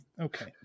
Okay